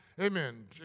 Amen